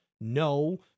No